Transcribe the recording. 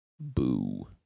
Boo